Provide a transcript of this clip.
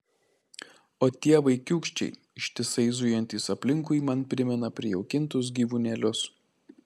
o tie vaikiūkščiai ištisai zujantys aplinkui man primena prijaukintus gyvūnėlius